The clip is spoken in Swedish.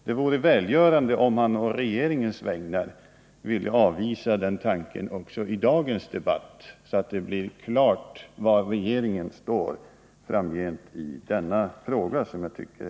Det vore välgörande om Jan-Erik Wikström å regeringens vägnar ville avvisa tanken också i dagens debatt, så att det blir klarlagt var regeringen står i denna ganska viktiga fråga.